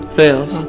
fails